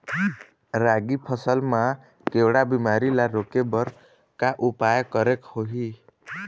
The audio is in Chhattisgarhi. रागी फसल मा केवड़ा बीमारी ला रोके बर का उपाय करेक होही?